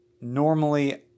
Normally